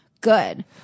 good